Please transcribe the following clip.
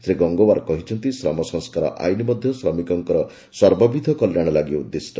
ଶ୍ରୀ ଗଙ୍ଗୱାର କହିଛନ୍ତି ଶ୍ରମ ସଂସ୍କାର ଆଇନ୍ ମଧ୍ୟ ଶ୍ରମିକମାନଙ୍କର ସର୍ବବିଧ କଲ୍ୟାଣ ଲାଗି ଉଦ୍ଦିଷ୍ଟ